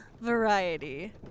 variety